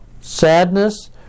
sadness